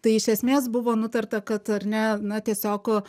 tai iš esmės buvo nutarta kad ar ne na tiesiog